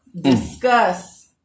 discuss